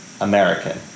American